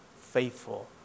Faithful